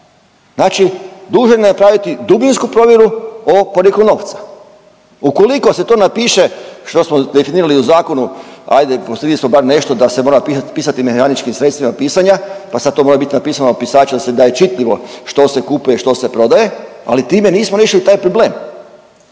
Znači dužan je napraviti dubinsku provjeru o porijeklu novca. Ukoliko se to napiše što smo definirali u zakonu, ajde postigli smo bar nešto da se mora pisati mehaničkim sredstvima pisanja, pa sad to mora biti napisano pisačem da je čitljivo što se kupuje što se prodaje, ali time nismo riješili taj problem.